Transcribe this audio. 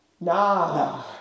nah